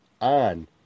on